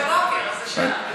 ב-05:45, אז זו שעה.